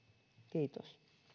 kiitos